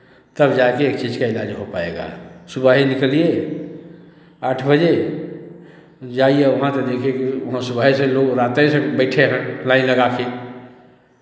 तब जाके एक चीज़ का इलाज हो पाएगा सुबह ही निकलिये आठ बजे जाइए वहाँ तो देखेंगे वहाँ सुबहे से लोग राते से बैठे हैं लाइन लगा के